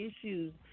issues